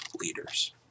leaders